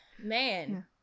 Man